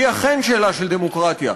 היא אכן שאלה של דמוקרטיה.